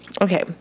Okay